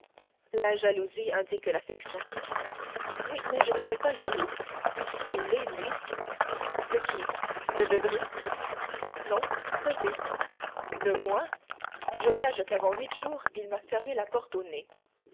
la jalousie indique l'affection oui mais je ne suis pas jaloux il l'est lui de qui de debray non de vous de moi je gage qu'avant huit jours il m'a fermé la porte au nez